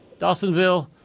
Dawsonville